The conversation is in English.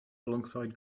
alongside